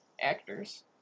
actors